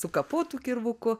sukapotų kirvuku